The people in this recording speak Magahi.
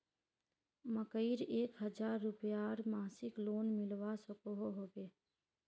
मकईर एक हजार रूपयार मासिक लोन मिलवा सकोहो होबे?